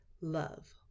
love